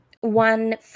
one